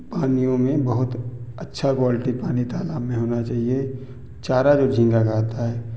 पानियों में बहुत अच्छा क्वालिटी का पानी तालाब में होना चाहिए चारा जो झींगा का आता है